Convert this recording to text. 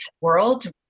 world